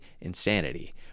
insanity